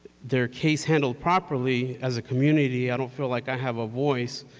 their case handled properly, as a community, i don't feel like i have a voice,